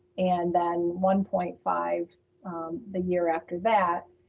and then one point five the year after that.